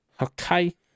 Okay